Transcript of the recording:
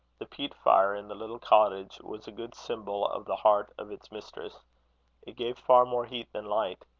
the peat-fire in the little cottage was a good symbol of the heart of its mistress it gave far more heat than light.